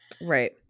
right